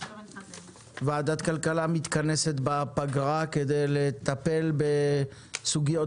ועדת כלכלה מתכנסת בפגרה כדי לטפל בסוגיות